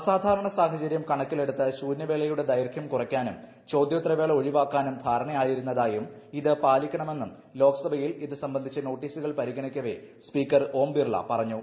അസാധാരണസാഹചര്യം കണക്കിലെടുത്ത് ശൂന്യവേളയുടെ ദൈർഘ്യം കുറയ്ക്കാനും ചോദ്യോത്തരവേള ഒഴിവാക്കാൻ ധാരണയായിരുന്നതായും ഇത് പാലിക്കണമെന്നും ലോക്സഭയിൽ ഇത് സംബന്ധിച്ച നോട്ടീസുകൾ പരിഗണിക്കവെ സ്പീക്കർ ഓം ബിർള പറഞ്ഞു